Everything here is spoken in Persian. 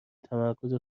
تمرکز